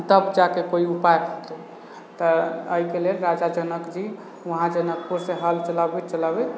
तब जाके कोइ उपाय तऽ एहिके लेल राजा जनक जी उहाँ जनकपुर से हल चलाबैत चलाबैत